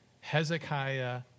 Hezekiah